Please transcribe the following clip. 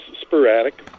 sporadic